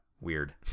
Weird